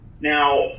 Now